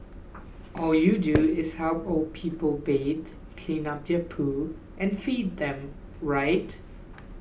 all you do is help old people bathe clean up their poo and feed them right